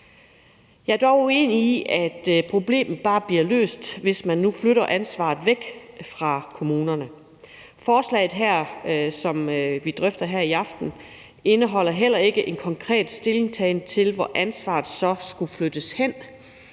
Jeg er uenig i, at problemet bare bliver løst, hvis man flytter ansvaret væk fra kommunerne. Forslaget, som vi drøfter her i aften, indeholder heller ikke en konkret stillingtagen til, hvor ansvaret så skulle flyttes hen.